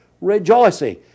rejoicing